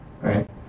right